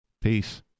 Peace